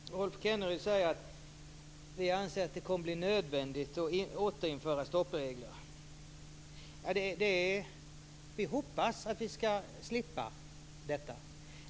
Fru talman! Rolf Kenneryd säger att vi anser att det kommer att bli nödvändigt att återinföra stoppregler. Vi hoppas att vi ska slippa det.